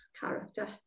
character